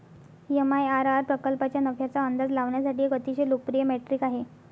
MIRR प्रकल्पाच्या नफ्याचा अंदाज लावण्यासाठी एक अतिशय लोकप्रिय मेट्रिक आहे